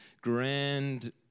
grand